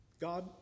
God